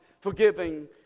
forgiving